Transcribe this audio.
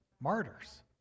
martyrs